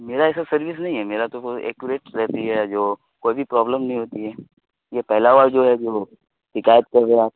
میرا ایسا سروس نہیں ہے میرا تو ایکوریٹ رہتی ہے جو کوئی بھی پرابلم نہیں ہوتی ہے یہ پہلا وار جو ہے جو شکایت کر رہے آپ